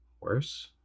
Worse